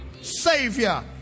Savior